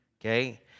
Okay